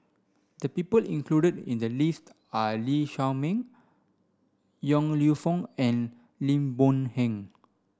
the people included in the list are Lee Shao Meng Yong Lew Foong and Lim Boon Heng